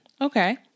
Okay